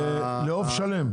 לעוף שלם?